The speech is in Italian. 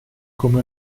come